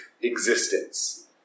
existence